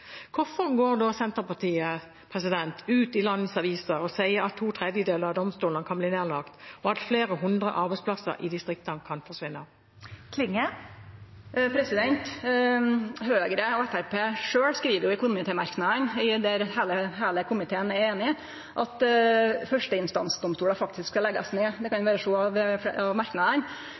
Hvorfor går da Senterpartiet ut i landets aviser og sier at 2/3 av domstolene kan bli nedlagt, og at flere hundre arbeidsplasser i distriktene kan forsvinne? Høgre og Framstegspartiet skriv sjølve i dei komitémerknadene heile komiteen er einig i, at førsteinstansdomstolar faktisk skal leggjast ned. Det kan ein sjå av merknadene. Det som vi har vore opptekne av